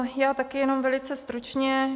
Já také jenom velice stručně.